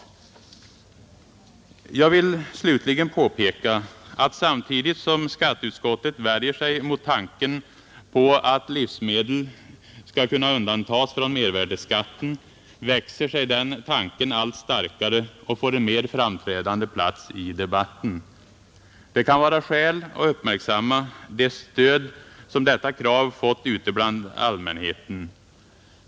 Slutligen vill jag påpeka att samtidigt som skatteutskottet värjer sig mot tanken att livsmedel skall kunna undantas från mervärdeskatten växer sig den tanken allt starkare och får en mer framträdande plats i debatten. Det kan vara skäl att uppmärksamma det stöd som detta krav fått ute bland allmänheten.